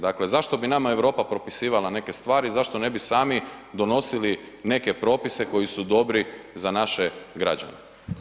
Dakle, zašto bi nama Europa propisivala neke stvari, zašto ne bi sami donosili neke propise koji su dobri za naše građane?